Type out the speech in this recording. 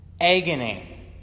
Agony